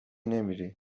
نمیری